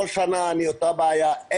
כל שנה עם אותה בעיה,